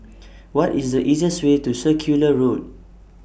What IS The easiest Way to Circular Road